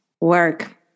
Work